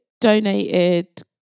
donated